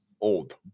old